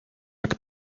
jak